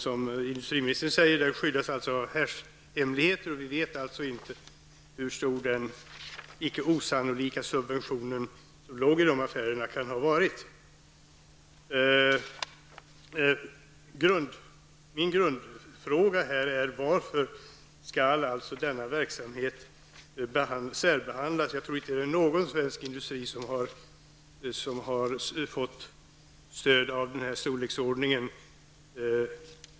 Som industriministern sade skyddas affären av affärshemlighet, så vi vet inte hur stor den icke osannolika subventionen kan ha varit. Min grundfråga är: Varför skall denna verksamhet särbehandlas? Jag tror inte att det finns någon svensk industri som har fått stöd av den här storleksordningen.